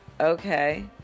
Okay